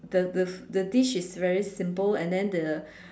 the the the dish is very simple and then the